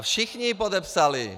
Všichni ji podepsali.